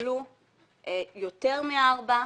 שהתקבלו יותר מארבע.